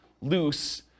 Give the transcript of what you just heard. loose